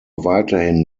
weiterhin